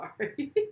Sorry